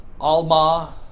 alma